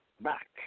back